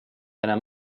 enam